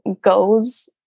goes